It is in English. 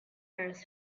earth